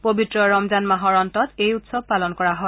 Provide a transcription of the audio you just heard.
পৱিত্ৰ ৰমজান মাহৰ অন্তত এই উৎসৱ পালন কৰা হয়